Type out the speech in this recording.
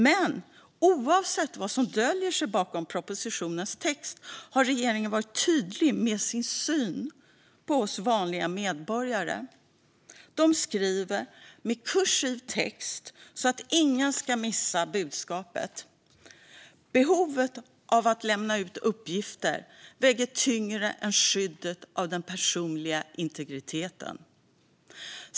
Men oavsett vad som döljer sig bakom propositionens text har regeringen varit tydlig med sin syn på oss vanliga medborgare. De skriver med kursiv text så att ingen ska missa budskapet: Behovet av att lämna ut uppgifter väger tyngre än skyddet av den personliga integriteten.